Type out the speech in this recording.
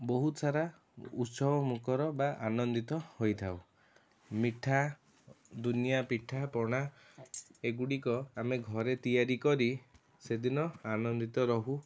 ବହୁତ ସାରା ଉତ୍ସବମୁଖର ବା ଆନନ୍ଦିତ ହୋଇଥାଉ ମିଠା ଦୁନିଆ ପିଠାପଣା ଏଗୁଡ଼ିକ ଅମେ ଘରେ ତିଆରି କରି ସେ ଦିନ ଆନନ୍ଦିତ ରହୁ